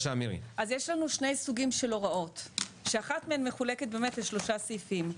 שני סוגים של הוראות שאחת מהן מחולקת באמת לשלושה סעיפים.